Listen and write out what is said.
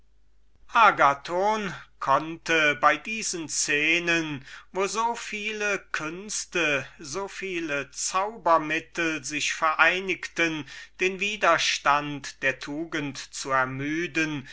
agathon konnte bei diesen szenen wo so viele künste so viele zauber mittel sich vereinigten den widerstand der tugend zu ermüden